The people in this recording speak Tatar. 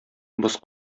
боз